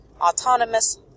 autonomous